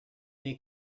they